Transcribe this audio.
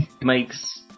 makes